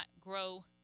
grow